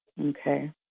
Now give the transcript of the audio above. Okay